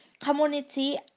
community